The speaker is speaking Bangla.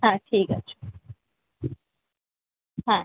হ্যাঁ ঠিক আছে হ্যাঁ